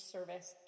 Service